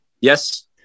Yes